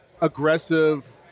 aggressive